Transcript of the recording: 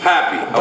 Happy